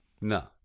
No